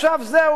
עכשיו זהו,